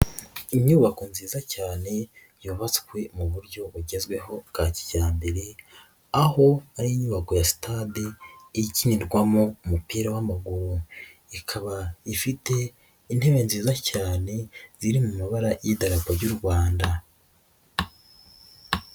Inyubako nziza cyane yubatswe mu buryo bugezweho bwa kijyambere, aho ari inyubako ya stade ikinirwamo umupira w'amaguru, ikaba ifite intebe nziza cyane ziri mu mabara y'idarapo ry'u Rwanda.